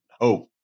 hope